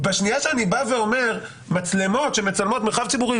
בשנייה שאני בא ואומר: מצלמות שמצלמות מרחב ציבורי,